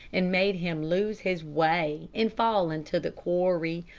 and made him lose his way and fall into the quarry.